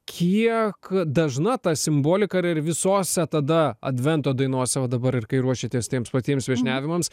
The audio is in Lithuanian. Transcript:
kiek dažna ta simbolika ir ar visose tada advento dainose va dabar ir kai ruošiatės tiems patiems viešniavimams